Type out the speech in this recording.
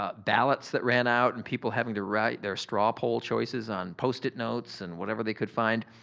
ah ballots that ran out and people having to write their straw poll choices on post-it notes and whatever they could find.